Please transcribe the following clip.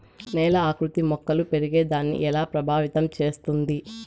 నేల ఆకృతి మొక్కలు పెరిగేదాన్ని ఎలా ప్రభావితం చేస్తుంది?